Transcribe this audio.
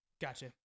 Gotcha